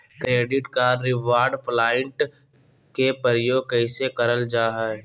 Credit card reward point के प्रयोग कैसे करल जा है?